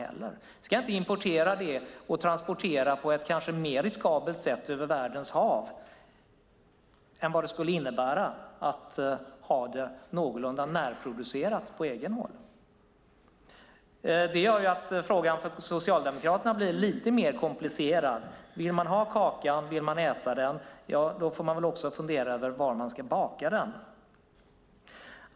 Vi ska inte importera uran och transportera det på ett kanske mer riskabelt sätt över världens hav än vad det skulle innebära att ha det någorlunda närproducerat. Det gör att frågan för Socialdemokraterna blir lite mer komplicerad. Vill man ha kakan och äta den får man också fundera över var man ska baka den.